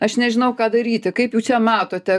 aš nežinau ką daryti kaip jūs čia matote